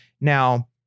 Now